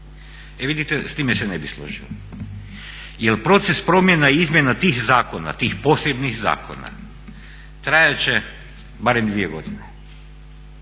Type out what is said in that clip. E vidite, s time se ne bih složio jer proces promjena i izmjena tih zakona, tih posebnih zakona trajat će barem dvije godine,